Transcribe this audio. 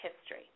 history